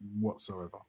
Whatsoever